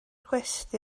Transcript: gwesty